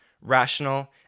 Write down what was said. rational